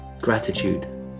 gratitude